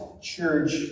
church